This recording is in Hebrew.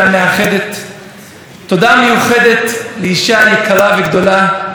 ששלחה לי ברכה כל כך מרגשת וכל כך אוהבת וכל כך מאחדת.